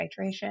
hydration